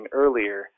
earlier